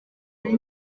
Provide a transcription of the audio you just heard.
ari